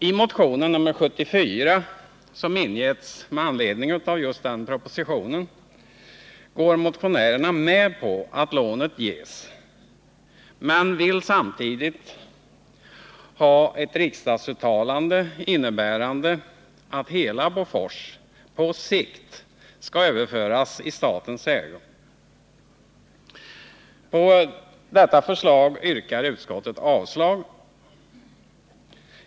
I motionen 74, som ingetts med anledning av propositionen, går motionärerna med på att lånet ges men vill samtidigt ha ett riksdagsuttalande innebärande att hela AB Bofors på sikt skall överföras i statens ägo. Detta förslag avstyrker utskottet.